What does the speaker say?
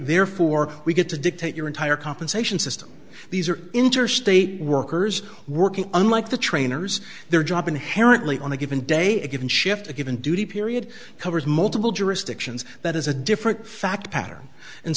therefore we get to dictate your entire compensation system these are interstate workers working unlike the trainers their job inherently on a given day a given shift a given duty period covers multiple jurisdictions that is a different fact pattern and